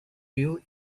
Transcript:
due